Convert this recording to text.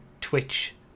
Twitch